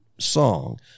Song